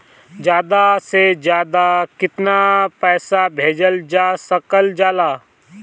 ज्यादा से ज्यादा केताना पैसा भेजल जा सकल जाला?